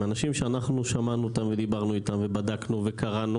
מאנשים שאנחנו שמענו אותם ודיברנו איתם ובדקנו וקראנו